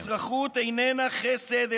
אזרחות איננה חסד,